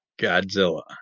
Godzilla